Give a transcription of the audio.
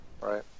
Right